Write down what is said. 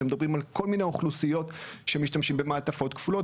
שמדברים על כל מיני אוכלוסיות שמשתמשים במעטפות כפולות,